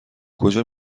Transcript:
کجا